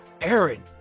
Aaron